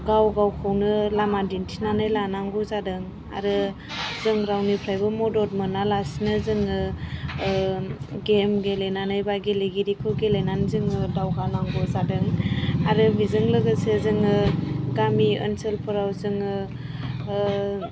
गाव गावखौनो लामा दिन्थिनानै लानांगौ जादों आरो जों रावनिफ्रायबो मदद मोनालासिनो जोङो गेम गेलेनानै एबा गेलेमुफोरखौ गेलेनानै जोङो दावगानांगौ जादों आरो बेजों लोगोसे जोङो गामि ओनसोलफोराव जोङो